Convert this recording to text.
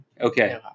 Okay